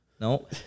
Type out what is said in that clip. No